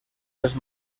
les